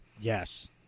Yes